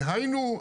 דהיינו,